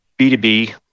B2B